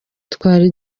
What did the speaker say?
twari